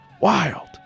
Wild